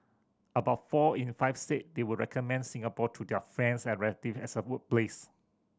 about four in five said they would recommend Singapore to their friends and relatives as a workplace